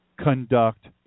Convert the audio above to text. conduct